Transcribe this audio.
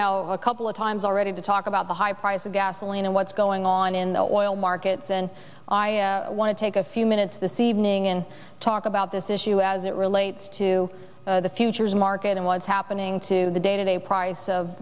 now a couple of times already to talk about the high price of gasoline and what's going on in the oil markets and i want to take a few minutes this evening and talk about this issue as it relates to the futures market and what's happening to the day to day price of